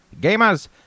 gamers